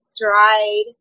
dried